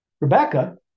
Rebecca